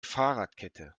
fahrradkette